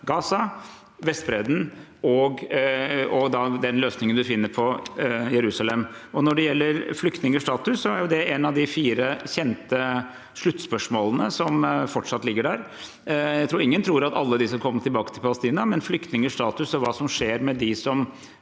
Gaza, Vestbredden og den løsningen man finner i Jerusalem. Når det gjelder flyktningers status, er det en av de fire kjente sluttspørsmålene som fortsatt ligger der. Jeg tror ingen tror at alle de skal komme tilbake til Palestina, men flyktningers status og hva som skjer med dem som